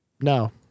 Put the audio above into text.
No